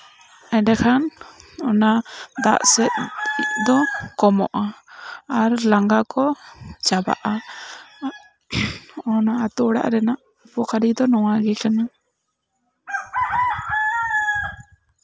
ᱮᱸᱰᱮ ᱠᱷᱟᱱ ᱚᱱᱟ ᱫᱟᱜ ᱥᱮᱫ ᱫᱚ ᱠᱚᱢᱚᱜᱼᱟ ᱟᱨ ᱞᱟᱸᱜᱟ ᱠᱚ ᱪᱟᱵᱟᱜᱼᱟ ᱚᱱᱟ ᱟᱛᱩ ᱚᱲᱟᱜ ᱨᱮᱱᱟ ᱩᱯᱚᱠᱟᱨᱤ ᱫᱚ ᱱᱚᱣᱟ ᱜᱮ ᱠᱟᱱᱟ